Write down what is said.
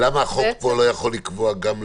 ולמה החוק פה לא יכול לקבוע גם להם,